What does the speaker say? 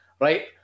Right